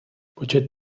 počet